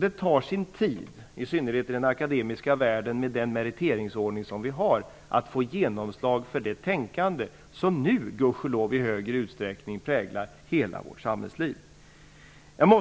Det tar sin tid -- i synnerhet i den akademiska världen med den meriteringsordning som vi har -- att få genomslag för det tänkande som nu i större utsträckning präglar hela vårt samhällsliv.